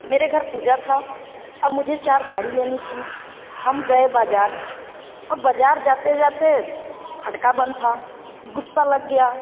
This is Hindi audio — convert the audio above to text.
मेरे घर पूजा थी अब मुझे चार साड़ी लेनी थी हम गए बाज़ार अब बाज़ार जाते जाते फटका बंद था ग़ुस्सा लग गया